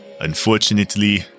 unfortunately